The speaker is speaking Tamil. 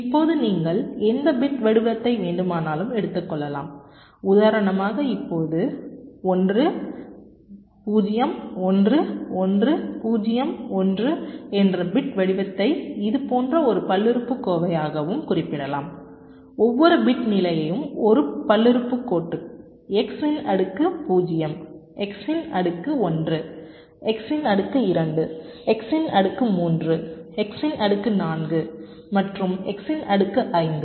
இப்போது நீங்கள் எந்த பிட் வடிவத்தை வேண்டுமானாலும் எடுத்துக்கொள்ளலாம் உதாரனமாக இப்போது 1 0 1 1 0 1 என்ற பிட் வடிவத்தை இது போன்ற ஒரு பல்லுறுப்புக்கோவையாகவும் குறிப்பிடலாம் ஒவ்வொரு பிட் நிலையும் ஒரு பல்லுறுப்புக்கோட்டு x இன் அடுக்கு 0 x இன் அடுக்கு 1 x இன் அடுக்கு 2 x இன் அடுக்கு 3 x இன் அடுக்கு 4 மற்றும் x இன் அடுக்கு 5